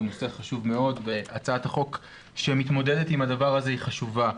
נושא חשוב מאוד והצעת החוק שמתמודדת עם הדבר הזה היא חשובה.